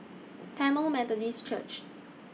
Tamil Methodist Church